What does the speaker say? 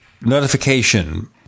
notification